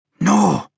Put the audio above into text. No